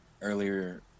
earlier